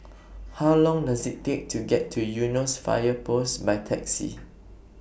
How Long Does IT Take to get to Eunos Fire Post By Taxi